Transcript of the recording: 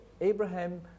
Abraham